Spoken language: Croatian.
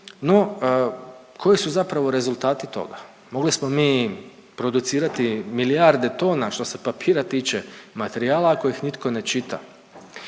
No, koji su zapravo rezultati toga? Mogli smo mi producirati milijarde tona što se papira tiče, materijala a kojih nitko ne čita.